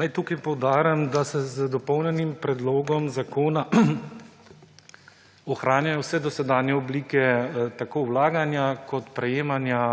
Naj tukaj poudarim, da se z dopolnjenim predlogom zakona ohranjajo vse dosedanje oblike tako vlaganja kot prejemanja